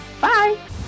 Bye